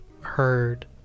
heard